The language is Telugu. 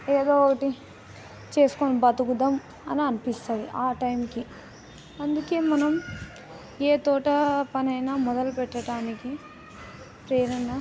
ఏదో ఒకటి చేసుకొని బ్రతుకుదాము అని అనిపిస్తుంది ఆ టైమ్కి అందుకే మనం ఏ తోట పని అయినా మొదలు పెట్టడానికి ప్రేరణ